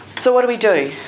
so what do we do?